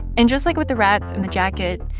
and just like with the rats in the jacket,